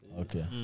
Okay